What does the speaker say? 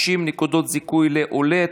260) (נקודות זיכוי לעולה),